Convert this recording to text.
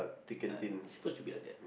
ya it's supposed to be like that